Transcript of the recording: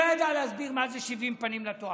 הוא לא ידע להסביר מה זה שבעים פנים לתורה.